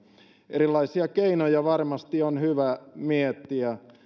erilaisia keinoja varmasti on hyvä miettiä